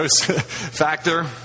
factor